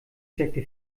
steckte